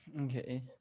Okay